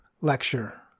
lecture